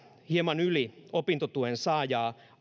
hieman yli neljänkymmenenkolmentuhannen opintotuen saajaa